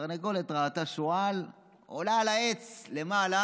התרנגולת ראתה שועל, עולה על העץ למעלה